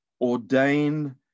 ordain